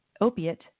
opiate